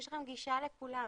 יש לכם גישה לכולם.